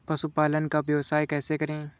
पशुपालन का व्यवसाय कैसे करें?